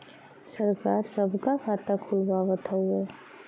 सरकार सबका खाता खुलवावत हउवे